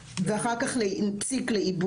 ׳לטיפול׳ ואחר כל ׳לעיבוד׳,